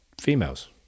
females